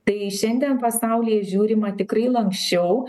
tai šiandien pasaulyje žiūrima tikrai lanksčiau